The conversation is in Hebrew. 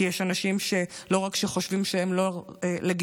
כי יש אנשים שלא רק חושבים שהם לא לגיטימיים,